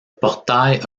portail